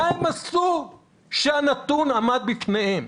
מה הם עשו כשהנתון עמד בפניהם.